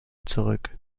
zurück